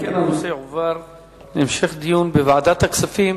אם כן, הנושא יועבר להמשך דיון בוועדת הכספים.